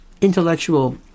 intellectual